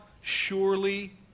surely